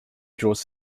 draws